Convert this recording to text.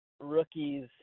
rookies